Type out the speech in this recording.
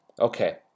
Okay